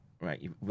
right